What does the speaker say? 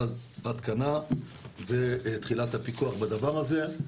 ואז ההתקנה ותחילת הפיקוח בדבר הזה.